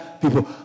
people